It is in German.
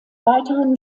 weiteren